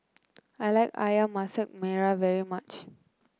I like ayam Masak Merah very much